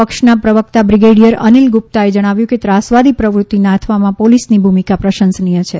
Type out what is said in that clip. પક્ષના પ્રવકતા બ્રિગેડીયર અનીલ ગુપ્તાએ જણાવ્યું કે ત્રાસવાદી પ્રવૃત્તિ નાથવામાં પોલીસની ભૂનિકા પ્રશંસનીય છે